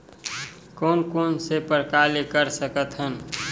कोन कोन से प्रकार ले कर सकत हन?